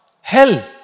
hell